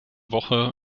woche